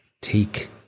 take